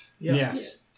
Yes